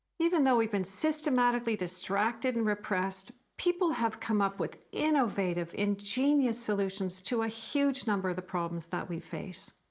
even though we've been systematically distracted and repressed people have come up with innovative, ingenious solutions to a huge number of problems, that we face.